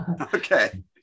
Okay